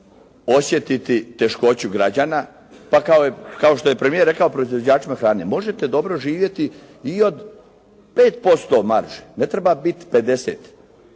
osjetiti teškoću građana pa kao što je premijer rekao proizvođačima hrane: «Možete dobro živjeti i od 5% marže. Ne treba biti 50%.»